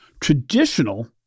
traditional